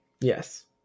yes